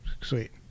sweet